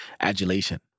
adulation